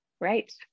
Right